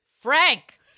Frank